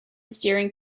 steering